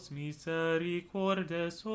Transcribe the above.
misericordes